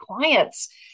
clients